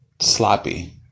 sloppy